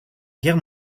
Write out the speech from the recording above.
guerre